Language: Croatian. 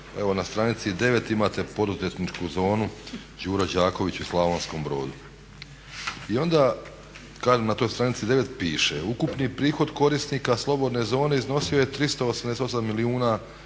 evo na stranici 9 imate poduzetničku zonu Đuro Đaković u Slavonskom Brodu i onda kažem na toj stranici 9 piše ukupni prihod korisnika slobodne zone iznosio je 388 milijuna